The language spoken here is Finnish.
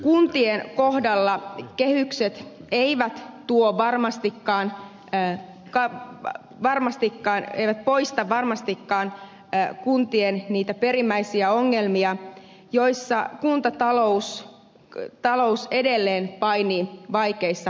kuntien kohdalla kehykset eivät tuo varmastikaan ei kai mä varmastikaan poista niitä kuntien perimmäisiä ongelmia joiden kanssa kuntatalous edelleen painii vaikeissa tilanteissa